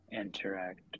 interact